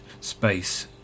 space